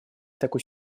такой